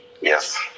Yes